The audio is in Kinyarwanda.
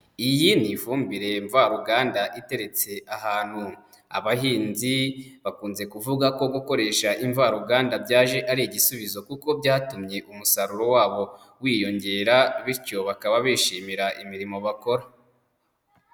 Iyi ni ifumbire mvaruganda iteretse ahantu, abahinzi bakunze kuvuga ko gukoresha imvaruganda byaje ari igisubizo kuko byatumye umusaruro wabo wiyongera bityo bakaba bishimira imirimo bakora.